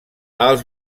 els